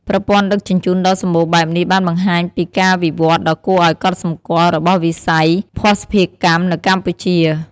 ប្រព័ន្ធដឹកជញ្ជូនដ៏សម្បូរបែបនេះបានបង្ហាញពីការវិវត្តន៍ដ៏គួរឱ្យកត់សម្គាល់របស់វិស័យភស្តុភារកម្មនៅកម្ពុជា។